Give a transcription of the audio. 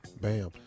Bam